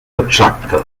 exacta